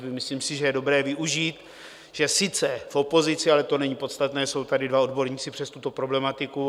Myslím si, že je dobré využít, že sice v opozici, ale to není podstatné, jsou tady dva odborníci přes tuto problematiku.